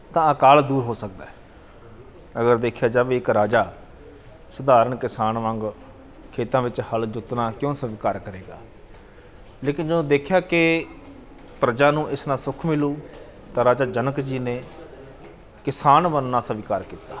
ਤਾਂ ਅਕਾਲ ਦੂਰ ਹੋ ਸਕਦਾ ਹੈ ਅਗਰ ਦੇਖਿਆ ਜਾਵੇ ਇੱਕ ਰਾਜਾ ਸਧਾਰਨ ਕਿਸਾਨ ਵਾਂਗ ਖੇਤਾਂ ਵਿੱਚ ਹਲ਼ ਜੋਤਣਾ ਕਿਉਂ ਸਵੀਕਾਰ ਕਰੇਗਾ ਲੇਕਿਨ ਜਦੋਂ ਦੇਖਿਆ ਕਿ ਪ੍ਰਜਾ ਨੂੰ ਇਸ ਨਾਲ ਸੁੱਖ ਮਿਲੂ ਤਾਂ ਰਾਜਾ ਜਨਕ ਜੀ ਨੇ ਕਿਸਾਨ ਬਣਨਾ ਸਵੀਕਾਰ ਕੀਤਾ